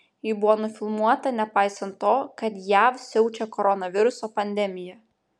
ji buvo nufilmuota nepaisant to kad jav siaučia koronaviruso pandemija